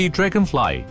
Dragonfly